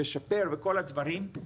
לשפר וכל הדברים.